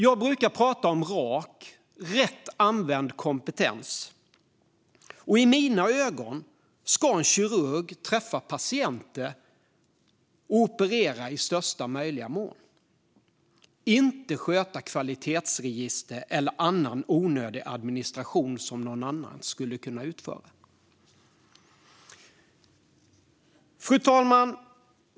Jag brukar prata om RAK, rätt använd kompetens, och i mina ögon ska en kirurg i största möjliga mån träffa patienter och operera - inte sköta kvalitetsregister eller annan onödig administration som någon annan skulle kunna utföra. Fru talman!